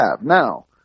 now